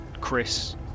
Chris